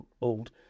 old